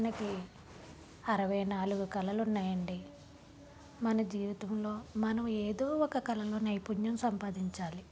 మనకి అరవై నాలుగు కళలు ఉన్నాయి అండి మన జీవితంలో మనం ఏదో ఒక కళలో నైపుణ్యం సంపాదించాలి